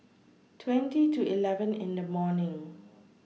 twenty to eleven in The morning